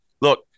Look